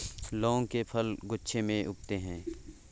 लौंग के फल गुच्छों में उगते हैं